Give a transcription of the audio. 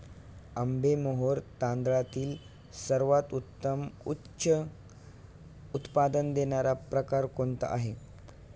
आंबेमोहोर तांदळातील सर्वोत्तम उच्च उत्पन्न देणारा प्रकार कोणता आहे?